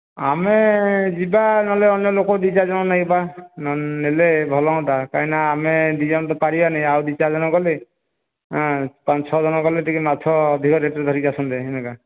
ଆମେ ଯିବା ନହେଲେ ଅନ୍ୟ ଲୋକ ଦୁଇ ଚାରି ଜଣ ନେବା ନେଲେ ଭଲ ହୁଅନ୍ତା କାହିଁକିନା ଆମେ ଦୁଇ ଜଣ ତ ପାରିବାନି ଆଉ ଦୁଇ ଚାରି ଜଣ ଗଲେ ପାଞ୍ଚ ଛଅ ଜଣ ଗଲେ ଟିକିଏ ମାଛ ଅଧିକ ରେଟ୍ରେ ଧରିକି ଆସନ୍ତେ ଏଇନେକା